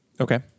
Okay